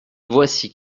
voici